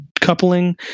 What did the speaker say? coupling